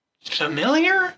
familiar